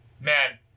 man